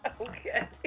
Okay